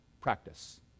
practice